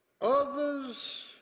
Others